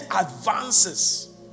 advances